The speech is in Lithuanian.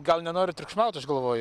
gal nenori triukšmaut aš galvoju